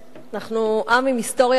אנחנו עם עם היסטוריה ארוכה,